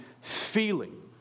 feeling